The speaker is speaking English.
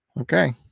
Okay